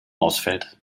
ausfällt